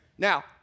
Now